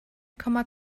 komma